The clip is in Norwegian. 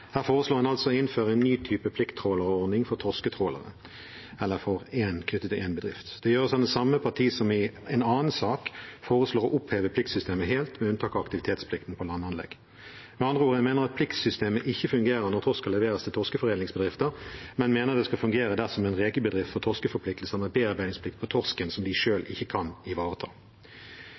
Her foreslår en altså å innføre en ny type plikttrålordning for torsketrålere, knyttet til én bedrift. Det gjøres av det samme partiet som i en annen sak foreslår å oppheve pliktsystemet helt, med unntak av aktivitetsplikten på landanlegg. Med andre ord: En mener at pliktsystemet ikke fungerer når torsk skal leveres til torskeforedlingsbedrifter, men mener det skal fungere dersom en rekebedrift får torskeforpliktelser med bearbeidingsplikt på torsken som de selv ikke kan ivareta.